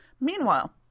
Meanwhile